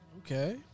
okay